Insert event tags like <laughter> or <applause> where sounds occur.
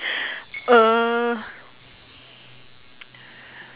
<laughs> okay err <noise>